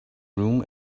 room